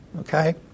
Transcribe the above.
Okay